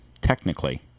technically